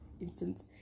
instance